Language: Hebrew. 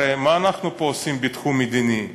הרי מה אנחנו עושים פה בתחום המדיני?